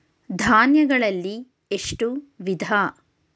ಧಾನ್ಯಗಳಲ್ಲಿ ಎಷ್ಟು ವಿಧ?